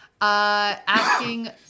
asking